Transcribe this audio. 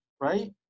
right